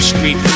Street